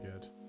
good